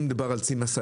אם מדובר על צי משאיות.